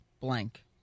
Blank